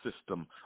system